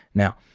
now.